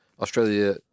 Australia